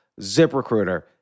ZipRecruiter